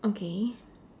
okay